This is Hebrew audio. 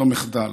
זה מחדל.